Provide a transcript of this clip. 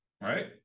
Right